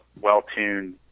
well-tuned